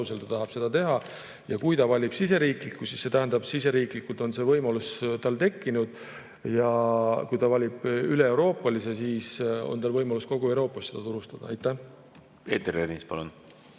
ta tahab tegutseda. Kui ta valib siseriikliku, siis see tähendab, et siseriiklikult on see võimalus tal tekkinud, ja kui ta valib üleeuroopalise, siis on tal võimalus kogu Euroopas turustada. Aitäh, auväärne küsija!